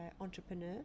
entrepreneur